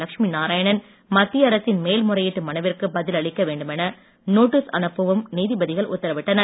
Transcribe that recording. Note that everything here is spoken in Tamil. லட்சுமிநாராயணன் மத்திய அரசின் மேல்முறையீட்டு மனுவிற்கு பதில் அளிக்க வேண்டுமென நோட்டீஸ் அனுப்பவும் நீதிபதிகள் உத்தரவிட்டனர்